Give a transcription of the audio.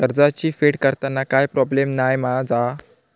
कर्जाची फेड करताना काय प्रोब्लेम नाय मा जा?